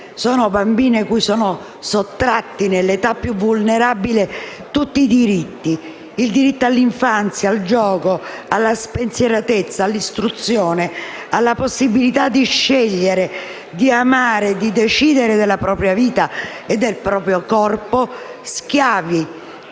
sono bambine a cui sono sottratti nell'età più vulnerabile tutti i diritti: il diritto all'infanzia, al gioco, alla spensieratezza, all'istruzione la possibilità di scegliere, di amare, di decidere della propria vita e del proprio corpo; schiave